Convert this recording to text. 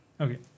okay